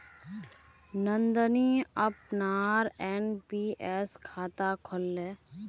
नंदनी अपनार एन.पी.एस खाता खोलले